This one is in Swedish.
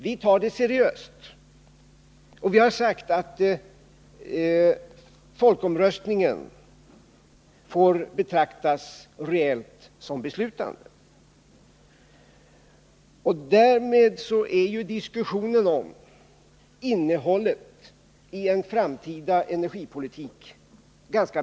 Vi tar det seriöst, och vi har sagt att folkomröstningen får betraktas reellt som beslutande. Därför är det ganska meningslöst att dessförinnan diskutera innehållet i en framtida energipolitik.